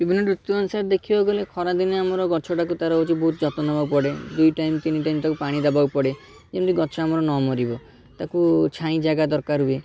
ବିଭିନ୍ନ ଋତୁ ଅନୁସାରେ ଦେଖିବାକୁ ଗଲେ ଖରା ଦିନେ ଆମର ଗଛଟାକୁ ଆମର ବହୁତ ଯତ୍ନ ନେବାକୁ ପଡ଼େ ଦୁଇ ଟାଇମ୍ ତିନି ଟାଇମ୍ ପାଣି ଦେବାକୁ ପଡ଼େ ଯେମିତି ଗଛ ଆମର ନ ମରିବ ତାକୁ ଛାଇ ଜାଗା ଦରକାର ହୁଏ